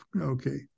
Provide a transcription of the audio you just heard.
Okay